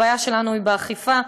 הבעיה שלנו היא באכיפה.